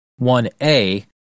1A